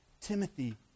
Timothy